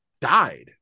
died